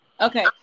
Okay